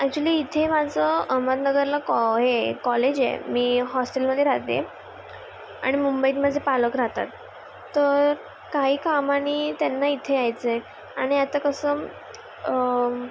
actually इथे माझं अहमदनगरला कॉ हे कॉलेज मी हॉस्टेलमदे राहते आणि मुंबईत माझे पालक राहतात तर काही कामानी त्यांना इथे यायचंय आणि आता कसं